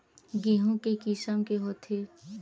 गेहूं के किसम के होथे?